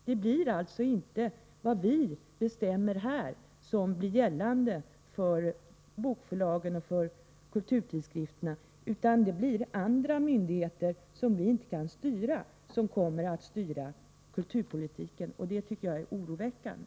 Det blir inte så som vi bestämmer här i fråga om bokförlag, kulturtidskrifter osv., utan det blir andra myndigheter som kommer att styra kulturpolitiken. Det tycker jag är oroväckande.